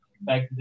Back